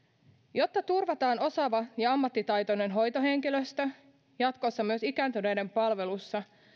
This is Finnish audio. jotta turvataan osaava ja ammattitaitoinen hoitohenkilöstö jatkossa myös ikääntyneiden palveluissa